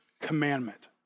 commandment